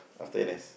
after N_S